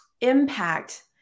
impact